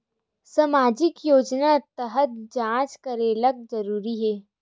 सामजिक योजना तहत जांच करेला जरूरी हे